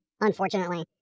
unfortunately